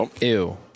Ew